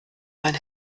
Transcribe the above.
mein